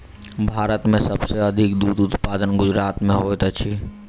भारत में सब सॅ अधिक दूध उत्पादन गुजरात में होइत अछि